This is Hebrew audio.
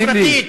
חברתית,